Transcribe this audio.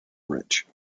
rich